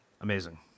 Amazing